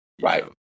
Right